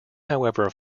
however